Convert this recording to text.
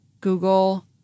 Google